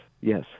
Yes